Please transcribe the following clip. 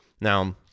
Now